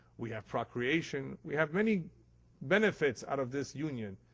we have procreation. we have many benefits out of this union.